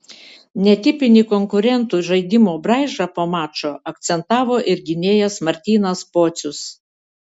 netipinį konkurentų žaidimo braižą po mačo akcentavo ir gynėjas martynas pocius